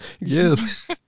yes